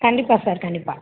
கண்டிப்பாக சார் கண்டிப்பாக